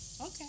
okay